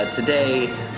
Today